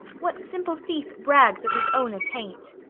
what simple thief brags of his own attaint?